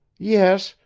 yes,